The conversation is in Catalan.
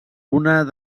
unes